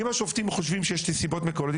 אם השופטים חושבים שיש נסיבות מקלות,